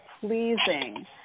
pleasing